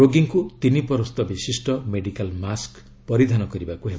ରୋଗୀକୁ ତିନି ପରସ୍ତ ବିଶିଷ୍ଟ ମେଡିକାଲ୍ ମାସ୍କ୍ ପରିଧାନ କରିବାକୁ ହେବ